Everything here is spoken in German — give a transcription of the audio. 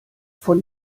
von